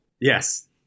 Yes